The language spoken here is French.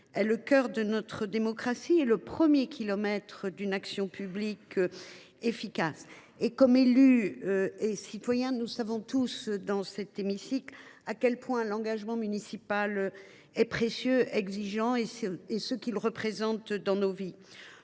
le cœur de notre démocratie, le premier kilomètre d’une action publique efficace. Comme élus et comme citoyens, nous savons tous dans cet hémicycle à quel point l’engagement municipal est précieux, exigeant et ce qu’il représente dans nos vies.